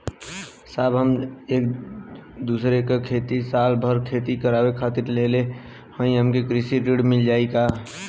साहब हम दूसरे क खेत साल भर खेती करावे खातिर लेहले हई हमके कृषि ऋण मिल जाई का?